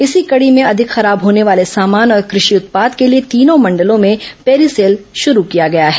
इसी कड़ी में अधिक खराब होने वाले सामान और कृषि उत्पाद के लिए तीनों मंडलों में पेरिसेल शुरू किया गया है